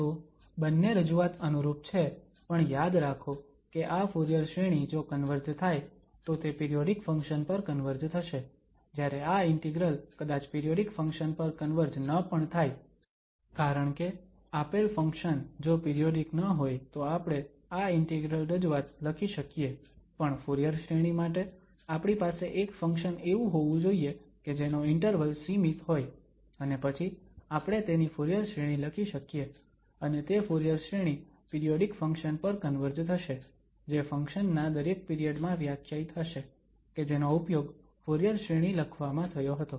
તો બંને રજૂઆત અનુરૂપ છે પણ યાદ રાખો કે આ ફુરીયર શ્રેણી જો કન્વર્જ થાય તો તે પિરિયોડીક ફંક્શન પર કન્વર્જ થશે જ્યારે આ ઇન્ટિગ્રલ કદાચ પિરિયોડીક ફંક્શન પર કન્વર્જ ન પણ થાય કારણકે આપેલ ફંક્શન જો પિરિયોડીક ન હોય તો આપણે આ ઇન્ટિગ્રલ રજૂઆત લખી શકીએ પણ ફુરીયર શ્રેણી માટે આપણી પાસે એક ફંક્શન એવું હોવું જોઈએ કે જેનો ઇન્ટરવલ સીમિત હોય અને પછી આપણે તેની ફુરીયર શ્રેણી લખી શકીએ અને તે ફુરીયર શ્રેણી પિરિયોડીક ફંક્શન પર કન્વર્જ થશે જે ફંક્શન ના દરેક પિરિયડ માં વ્યાખ્યાયિત હશે કે જેનો ઉપયોગ ફુરીયર શ્રેણી લખવામાં થયો હતો